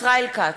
ישראל כץ,